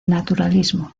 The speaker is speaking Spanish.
naturalismo